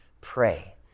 pray